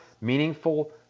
meaningful